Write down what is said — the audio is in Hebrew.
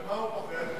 ממה הוא פוחד?